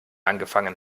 angefangen